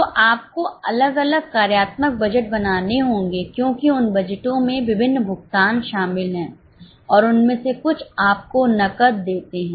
तो आपको अलग अलग कार्यात्मक बजट बनाने होंगे क्योंकि उन बजटों में विभिन्न भुगतान शामिल हैं और उनमें से कुछ आपको नकद देते हैं